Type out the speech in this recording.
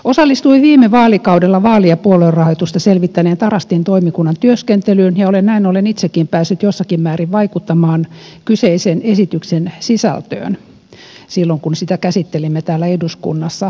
osallistuin viime vaalikaudella vaali ja puoluerahoitusta selvittäneen tarastin toimikunnan työskentelyyn ja olen näin ollen itsekin päässyt jossakin määrin vaikuttamaan kyseisen esityksen sisältöön silloin kun sitä käsittelimme täällä eduskunnassa